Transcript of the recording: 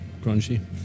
crunchy